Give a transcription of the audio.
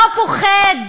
לא פוחד,